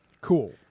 cool